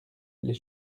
les